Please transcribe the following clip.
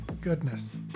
goodness